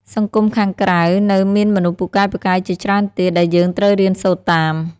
សង្គមខាងក្រៅនៅមានមនុស្សពូកែៗជាច្រើនទៀត ដែលយើងត្រូវរៀនសូត្រតាម។